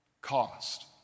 cost